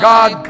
God